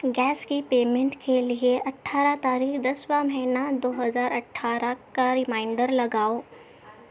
gas کی payment کے لیے اٹھارہ تاریخ دسواں مہینہ دو ہزار اٹھارہ کا ریمائنڈر لگاؤ